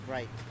Right